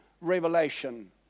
revelation